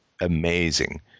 amazing